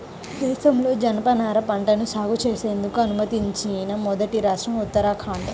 దేశంలో జనపనార పంటను సాగు చేసేందుకు అనుమతించిన మొదటి రాష్ట్రం ఉత్తరాఖండ్